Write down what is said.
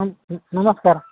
ହଁ ନମସ୍କାର